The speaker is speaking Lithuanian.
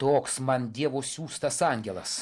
toks man dievo siųstas angelas